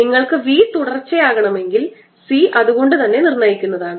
നിങ്ങൾക്ക് V തുടർച്ചയാക്കണമെങ്കിൽ C അതുകൊണ്ട്തന്നെ നിർണ്ണയിക്കുന്നതാണ്